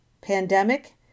pandemic